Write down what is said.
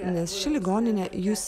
nes ši ligoninė jus